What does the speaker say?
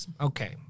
Okay